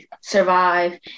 survive